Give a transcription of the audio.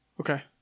Okay